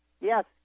yes